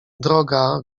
droga